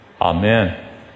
Amen